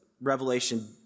revelation